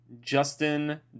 Justin